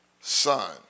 son